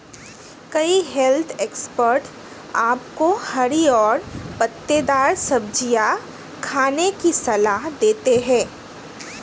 कई health expert आपको हरी और पत्तेदार सब्जियां खाने की सलाह देते हैं